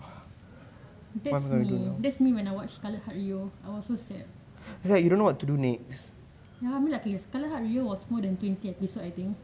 that's me that's me when I watch scarlet heart ryeo I was so sad ya I mean like scarlet heart ryeo was more than twenty episode I think